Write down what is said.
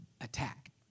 Attack